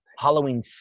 Halloween